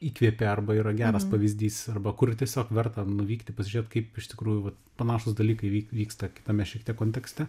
įkvėpė arba yra geras pavyzdys arba kur tiesiog verta nuvykti pasižiūrėt kaip iš tikrųjų panašūs dalykai vy vyksta kitame šiek tiek kontekste